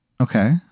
Okay